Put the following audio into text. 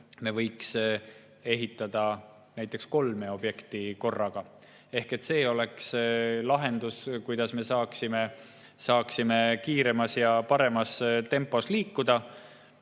me võiks ehitada näiteks kolme objekti korraga. See oleks lahendus, kuidas saaksime kiiremas ja paremas tempos edasi